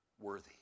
worthy